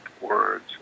words